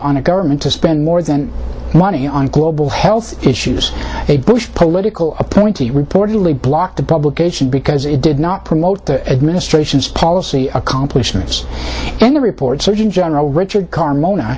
on a government to spend more than one in on global health issues a bush political appointee reportedly blocked the publication because it did not promote the administration's policy accomplishments and the report surgeon general richard car